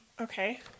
Okay